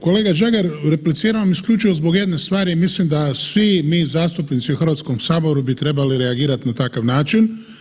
Kolega Žagar, repliciram vam isključivo zbo jedne stvari i mislim da svi mi zastupnici u Hrvatskom saboru bi trebali reagirati na takav način.